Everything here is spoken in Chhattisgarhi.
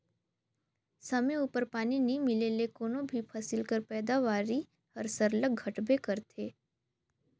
समे उपर पानी नी मिले ले कोनो भी फसिल कर पएदावारी हर सरलग घटबे करथे